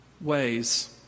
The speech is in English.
ways